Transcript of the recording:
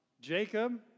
Jacob